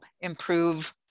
improve